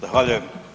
Zahvaljujem.